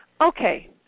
Okay